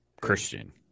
Christian